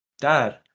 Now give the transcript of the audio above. Dad